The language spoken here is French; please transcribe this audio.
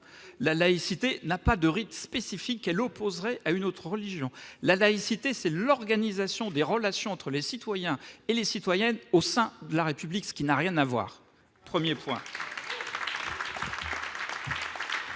la laïcité n'a pas de rites spécifiques elle opposerait à une autre religion, la laïcité, c'est l'organisation des relations entre les citoyens et les citoyennes au sein de la République, ce qui n'a rien à voir, 1er point. Dans leurs